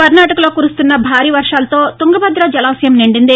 కర్ణాటకలో కురుస్తున్న భారీ వర్షాలతో తుంగభద్ర జలాశయం నిండింది